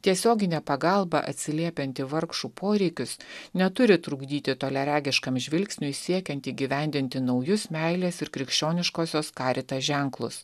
tiesioginė pagalba atsiliepiant į vargšų poreikius neturi trukdyti toliaregiškam žvilgsniui siekiant įgyvendinti naujus meilės ir krikščioniškosios karita ženklus